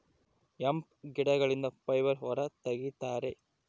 hemp ಗಿಡಗಳಿಂದ fibre ಹೊರ ತಗಿತರೆ